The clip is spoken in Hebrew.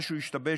משהו השתבש.